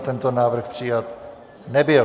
Tento návrh přijat nebyl.